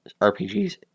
RPGs